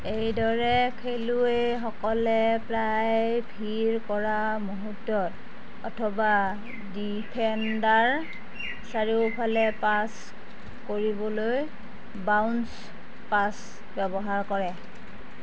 এইদৰে খেলুৱৈসকলে প্ৰায় ভিৰ কৰা মুহূৰ্তত অথবা ডিফেণ্ডাৰ চাৰিওফালে পাছ কৰিবলৈ বাউন্স পাছ ব্যৱহাৰ কৰে